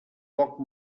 poc